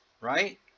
right